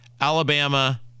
alabama